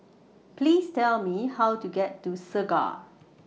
Please Tell Me How to get to Segar